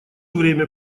время